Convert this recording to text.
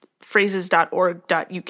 phrases.org.uk